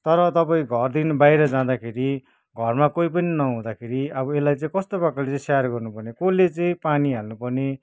तर तपाईँ घरदेखि बाहिर जाँदाखेरि घरमा कोही पनि नहुँदाखेरि अब यसलाई चाहिँ कस्तो प्रकारले चाहिँ स्याहार गर्नुपर्ने कसले चाहिँ पानी हाल्नुपर्ने